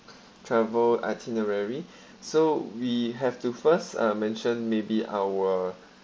travel itinerary so we have to first uh mention maybe our